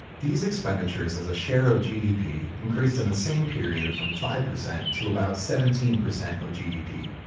these expenditures as a share of gdp increased in the same period from five percent to about seventeen percent of gdp.